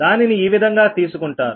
దానిని ఈ విధంగా తీసుకుంటారు